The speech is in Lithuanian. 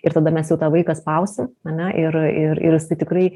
ir tada mes jau tą vaiką spausim ane ir ir ir jisai tikrai